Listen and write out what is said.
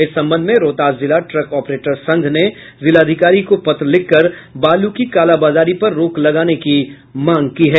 इस संबंध में रोहतास जिला ट्रक ऑपरेटर संघ ने जिलाधिकारी को पत्र लिखकर बालू की कालाबाजारी पर रोक लगाने की मांग की है